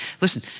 listen